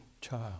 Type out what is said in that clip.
child